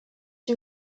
die